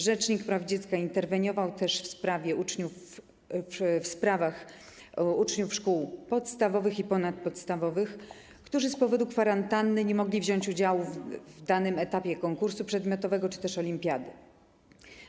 Rzecznik praw dziecka interweniował też w sprawach uczniów szkół podstawowych i ponadpodstawowych, którzy z powodu kwarantanny nie mogli wziąć udziału w danym etapie konkursu przedmiotowego czy też olimpiady.